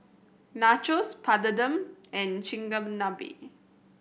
Nachos Papadum and Chigenabe